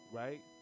right